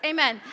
Amen